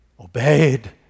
obeyed